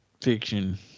fiction